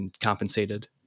compensated